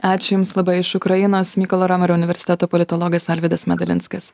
ačiū jums labai iš ukrainos mykolo romerio universiteto politologas alvydas medalinskas